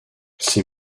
ces